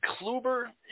Kluber